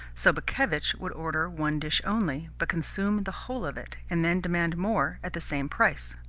sobakevitch would order one dish only, but consume the whole of it, and then demand more at the same price.